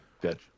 good